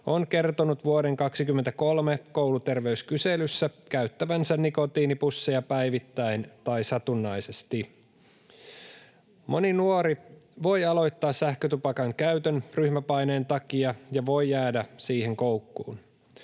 on kertonut vuoden 23 kouluterveyskyselyssä käyttävänsä nikotiinipusseja päivittäin tai satunnaisesti. Moni nuori voi aloittaa sähkötupakan käytön ryhmäpaineen takia ja voi jäädä siihen koukkuun.